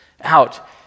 out